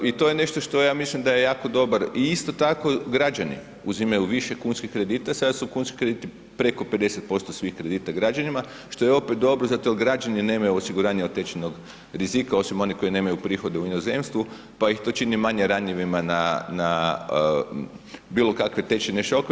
I to je nešto što ja mislim da je jako dobar i isto tako građani, uzimaju više kunskih kredita sad su kunski krediti preko 5% svih kredita građanima, što je opet dobro zato jer građani nemaju osiguranja od tečajnog rizika osim oni nemaju prihode u inozemstvu pa ih to čini manje ranjivima na bilo kakve tečajne šokove.